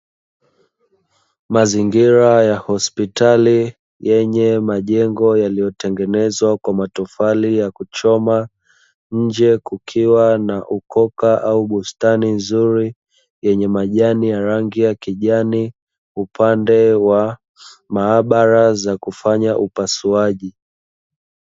Mazingira ya hospitali yenye majengo yaliyotengenezwa kwa matofali ya kuchoma, nje kukiwa na ukoka au bustani nzuri yenye majani ya rangi ya kijani, upande wa maabara za kufanya upasuaji.